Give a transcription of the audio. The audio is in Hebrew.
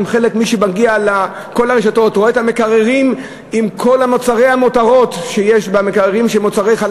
מי שמגיע לרשתות רואה את המקררים עם כל מוצרי המותרות של החלב,